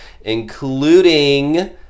including